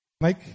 Mike